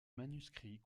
manuscrit